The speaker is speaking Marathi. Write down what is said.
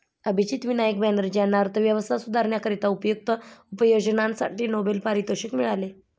अभिजित विनायक बॅनर्जी यांना अर्थव्यवस्था सुधारण्याकरिता उपयुक्त उपाययोजनांसाठी नोबेल पारितोषिक मिळाले